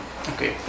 Okay